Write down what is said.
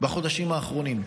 בחודשים האחרונים.